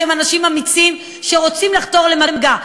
שהם אנשים אמיצים שרוצים לחתור למגע.